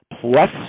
Plus